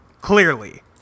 Clearly